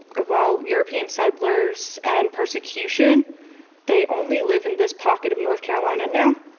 ah well european settlers and persecution they only live in this pocket of north carolina now.